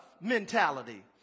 mentality